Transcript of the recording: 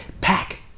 Pack